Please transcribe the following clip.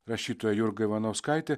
rašytoja jurga ivanauskaitė